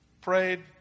prayed